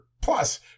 plus